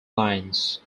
lines